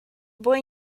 boy